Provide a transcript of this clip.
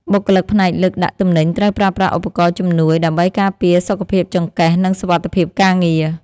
បុគ្គលិកផ្នែកលើកដាក់ទំនិញត្រូវប្រើប្រាស់ឧបករណ៍ជំនួយដើម្បីការពារសុខភាពចង្កេះ និងសុវត្ថិភាពការងារ។